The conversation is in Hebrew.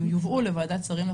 הם יובאו לוועדת שרים לחקיקה.